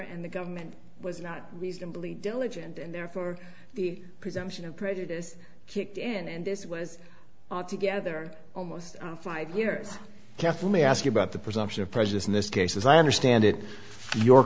and the government was not reasonably diligent and therefore the presumption of prejudice kicked in and this was all together almost five years jeff let me ask you about the presumption of presence in this case as i understand it your